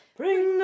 bring